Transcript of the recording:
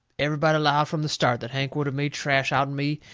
everybody lowed from the start that hank would of made trash out'n me,